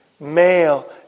male